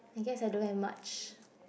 I guess I don't have much